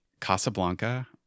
Casablanca